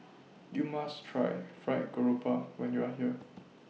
YOU must Try Fried Garoupa when YOU Are here